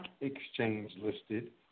exchange-listed